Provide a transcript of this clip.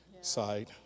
side